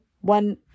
one